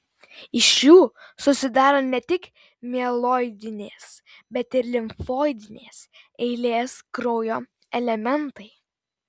iš jų susidaro ne tik mieloidinės bet ir limfoidinės eilės kraujo elementai